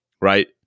right